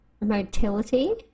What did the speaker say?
motility